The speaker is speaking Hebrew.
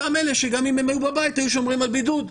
אותם אלה שגם אם היו בבית הם היו שומרים על בידוד.